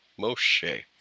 Moshe